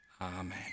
amen